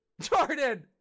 Jordan